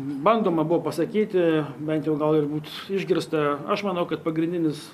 bandoma buvo pasakyti bent jau gal ir būt išgirsta aš manau kad pagrindinis